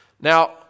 Now